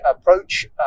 approach